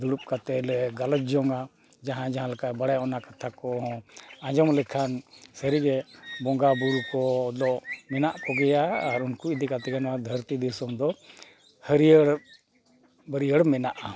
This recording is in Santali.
ᱫᱩᱲᱩᱵ ᱠᱟᱛᱮᱫ ᱞᱮ ᱜᱟᱞᱚᱪ ᱡᱚᱝᱟ ᱡᱟᱦᱟᱸᱭ ᱡᱟᱦᱟᱸ ᱠᱚᱭ ᱵᱟᱲᱟᱭ ᱚᱱᱟ ᱠᱟᱛᱷᱟ ᱠᱚ ᱟᱸᱡᱚᱢ ᱞᱮᱠᱷᱟᱱ ᱥᱟᱹᱨᱤᱜᱮ ᱵᱚᱸᱜᱟ ᱵᱳᱨᱳ ᱠᱚᱫᱚ ᱢᱮᱱᱟᱜ ᱠᱚᱜᱮᱭᱟ ᱟᱨ ᱩᱱᱠᱩ ᱤᱫᱤ ᱠᱟᱛᱮᱫ ᱜᱮ ᱱᱚᱣᱟ ᱫᱷᱟᱹᱨᱛᱤ ᱫᱤᱥᱚᱢ ᱫᱚ ᱦᱟᱹᱨᱭᱟᱹᱲ ᱵᱟᱹᱨᱭᱟᱹᱲ ᱢᱮᱱᱟᱜᱼᱟ